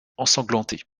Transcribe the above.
ensanglanté